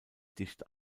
dicht